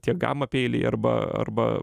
tie gama peiliai arba arba